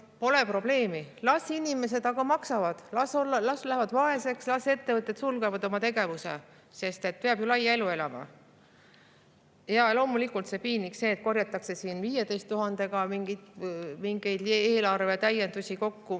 Pole probleemi, las inimesed aga maksavad! Las jäävad vaeseks, las ettevõtted sulgevad oma tegevuse – peab ju laia elu elama. Ja loomulikult on piinlik see, et korjatakse 15 000 euro kaupa mingeid eelarve täiendusi kokku,